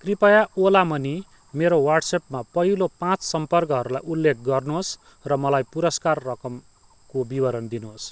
कृपया ओला मनी मेरो वाट्सएपमा पहिलो पाँच सम्पर्कहरूलाई उल्लेख गर्नुहोस् र मलाई पुरस्कार रकमको विवरण दिनुहोस्